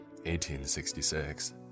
1866